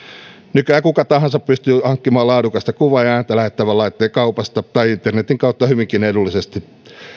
nykyään kuka tahansa pystyy hankkimaan laadukasta kuvaa ja ääntä lähettävän laitteen kaupasta tai internetin kautta hyvinkin edullisesti